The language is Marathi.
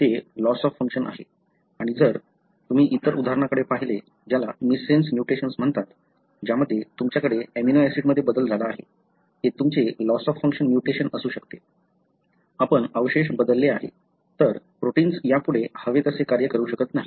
ते लॉस ऑफ फंक्शन आहे आणि जर तुम्ही इतर उदाहरणाकडे पाहिले ज्याला मिससेन्स म्युटेशन्स म्हणतात ज्यामध्ये तुमच्याकडे अमिनो ऍसिडमध्ये बदल झाला आहे ते तुमचे लॉस ऑफ फंक्शन म्युटेशन्स असू शकते आपण अवशेष बदलले आहे तर प्रोटिन्स यापुढे हवेतसे कार्य करू शकत नाही